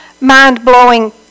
mind-blowing